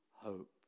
hope